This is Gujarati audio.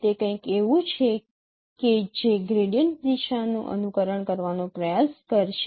તે કંઈક એવું છે કે જે ગ્રેડિયન્ટ દિશાનું અનુકરણ કરવાનો પ્રયાસ કરશે